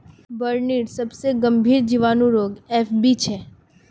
बिर्निर सबसे गंभीर जीवाणु रोग एफ.बी छे